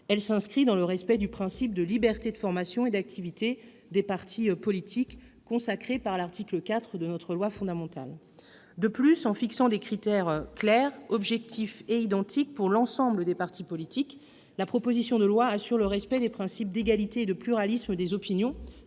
elle s'inscrit dans le respect du principe de liberté de formation et d'activité des partis politiques consacré par l'article 4 de notre loi fondamentale. De plus, en fixant des critères clairs, objectifs et identiques pour l'ensemble des partis politiques, la proposition de loi assure le respect des principes d'égalité et de pluralisme des opinions,